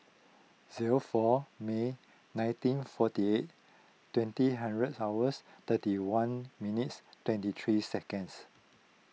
zero four May nineteen forty eight twenty hundred hours thirty one minutes twenty three seconds